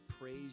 praise